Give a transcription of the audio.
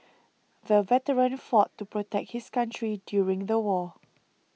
the veteran fought to protect his country during the war